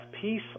peace